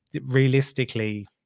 realistically